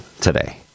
today